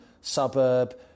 suburb